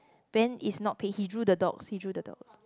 Ben is not he drew the dogs he drew the dogs